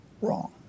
wrong